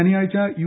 ശനിയാഴ്ച യു